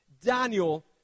Daniel